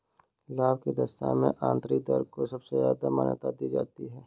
लाभ की दशा में आन्तरिक दर को सबसे ज्यादा मान्यता दी जाती है